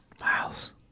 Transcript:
Miles